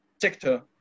sector